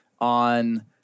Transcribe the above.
on